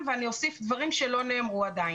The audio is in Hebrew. אלא אוסיף דברים שעדיין לא נאמרו.